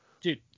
dude